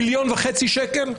מיליון וחצי שקל?